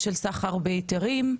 של סחר בהיתרים.